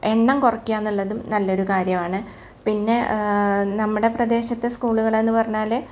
എണ്ണം കുറെയ്ക്കാം എന്നുള്ളതും നല്ലൊരു കാര്യമാണ് പിന്നെ നമ്മുടെ പ്രദേശത്ത് സ്കൂളുകളെന്ന് പറഞ്ഞാൽ